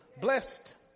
blessed